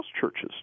churches